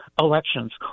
elections